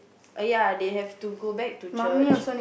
uh ya they have to go back to church